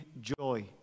joy